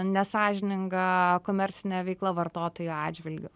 nesąžininga komercinė veikla vartotojų atžvilgiu